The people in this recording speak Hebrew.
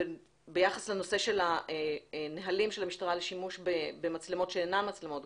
ביחס לנושא של הנהלים של המשטרה לשימוש במצלמות שאינן מצלמות גוף,